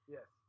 Yes